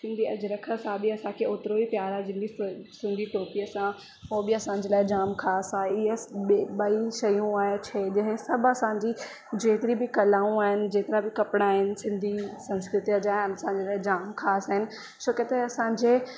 सिंधी अजरक सां बि असांखे ओतिरो ई प्यार आहे जिन जी सिंधी टोपीअ सां उहो बि असांजे लाइ जाम ख़ासि आहे ईअं ॿिए ॿई शयूं आहे छेज इहे सभु असांजी जेतिरी बि कलाऊं आहिनि जेतिरा बि कपिड़ा आहिनि सिंधी संस्कृतीअ जा ऐं असांजे लाइ जाम ख़ासि आहिनि छो के त असांजे